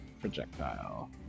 projectile